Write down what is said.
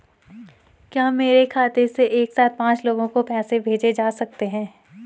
क्या मेरे खाते से एक साथ पांच लोगों को पैसे भेजे जा सकते हैं?